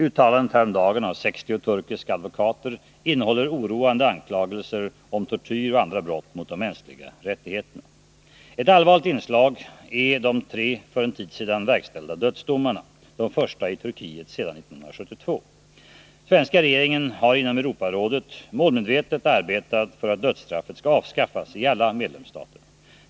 Uttalandet häromdagen av 60 turkiska advokater innehåller oroande anklagelser om tortyr och andra brott mot de mänskliga rättigheterna. Ett allvarligt inslag är de tre för en tid sedan verkställda dödsdomarna — de första i Turkiet sedan 1972. Svenska regeringen har inom Europarådet målmedvetet arbetat för att dödsstraffet skall avskaffas i alla medlemsstaterna.